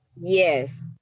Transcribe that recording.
Yes